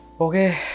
Okay